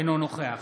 אינו נוכח